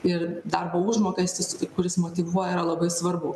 ir darbo užmokestis kuris motyvuoja yra labai svarbu